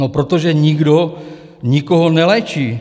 No protože nikdo nikoho neléčí.